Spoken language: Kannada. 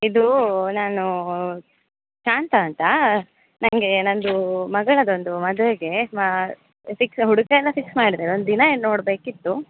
ಇದು ನಾನು ಶಾಂತ ಅಂತ ನನಗೆ ನನ್ನದು ಮಗಳದೊಂದು ಮದುವೆಗೆ ಮಾ ಫಿಕ್ಸ್ ಹುಡುಗ ಎಲ್ಲ ಫಿಕ್ಸ್ ಮಾಡ್ದೇವೆ ಒಂದು ದಿನ ಇನ್ನು ನೋಡಬೇಕಿತ್ತು